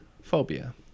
Phobia